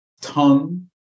tongue